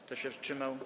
Kto się wstrzymał?